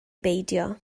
beidio